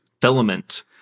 filament